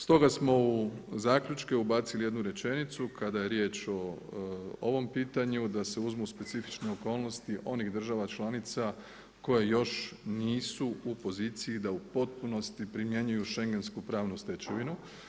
Stoga smo u zaključke ubacili jednu rečenicu kada je riječ o ovom pitanju da se uzmu specifične okolnosti onih država članica koje još nisu u poziciji da u potpunosti primjenjuju šengensku pravnu stečevinu.